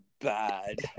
bad